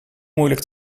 moeilijk